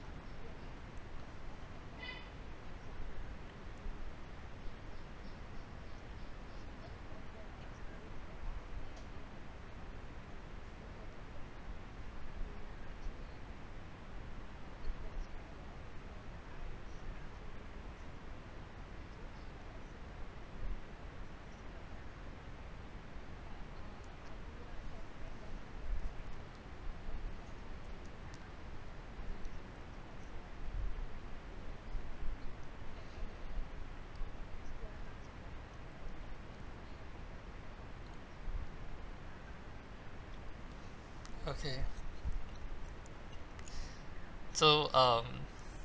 okay so um